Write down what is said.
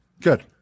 Good